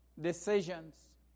decisions